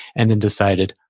and then decided,